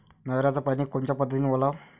नयराचं पानी कोनच्या पद्धतीनं ओलाव?